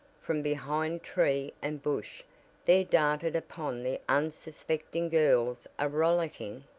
from behind tree and bush there darted upon the unsuspecting girls a rollicking,